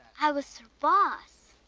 i was sir boss.